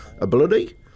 ability